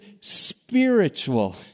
spiritual